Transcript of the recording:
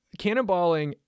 cannonballing